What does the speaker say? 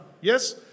yes